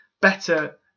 better